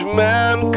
man